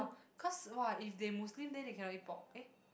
cause !wah! if they Muslim then they cannot eat pork eh